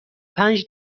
پنج